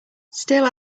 still